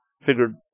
figured